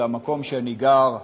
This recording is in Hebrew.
זה המקום שאני גר בו,